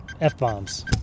F-bombs